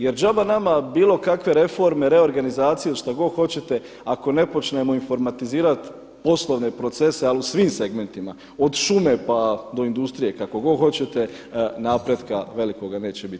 Jer džabe nama bilo kakve reforme, reorganizacije šta god hoćete, ako ne počnemo informatizirati poslovne proces ali u svim segmentima, od šume pa do industrije kako god hoće napretka velikoga neće biti.